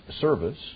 service